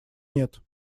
нет